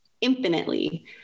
infinitely